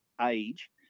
age